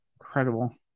incredible